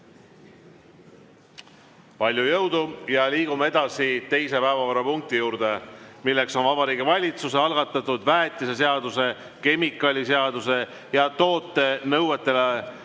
Palju jõudu! Liigume teise päevakorrapunkti juurde, milleks on Vabariigi Valitsuse algatatud väetiseseaduse, kemikaaliseaduse ja toote nõuetele